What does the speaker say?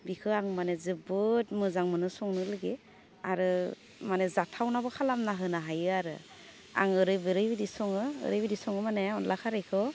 बिखौ आं माने जोबोद मोजां मोनो संनो लागि आरो माने जाथावनाबो खालामना होनो हायो आरो आं ओरै बोरैबिदि सङो ओरैबायदि सङो माने अनला खारैखौ